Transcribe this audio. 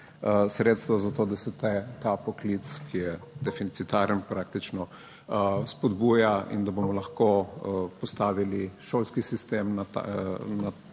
sredstva za to, da se ta poklic, ki je deficitaren, praktično spodbuja in da bomo lahko postavili šolski sistem